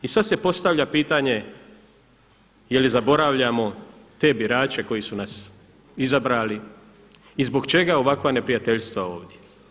I sada se postavlja pitanje je li zaboravljamo te birače koji su nas izabrali i zbog čega ovakva neprijateljstva ovdje?